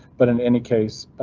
but in any case,